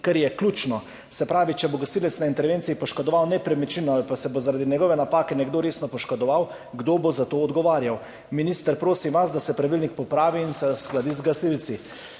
kar je ključno. Se pravi, če bo gasilec na intervenciji poškodoval nepremičnino ali pa se bo zaradi njegove napake nekdo resno poškodoval, kdo bo za to odgovarjal? Minister, prosim vas, da se pravilnik popravi in se uskladi z gasilci.